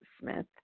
Smith